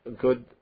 good